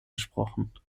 gesprochen